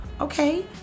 Okay